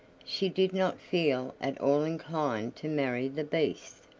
she did not feel at all inclined to marry the beast.